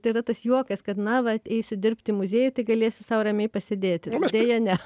yra tas juokas kad na vat eisiu dirbt į muziejų tai galėsiu sau ramiai pasėdėti deja ne